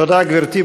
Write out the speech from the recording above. תודה, גברתי.